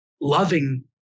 loving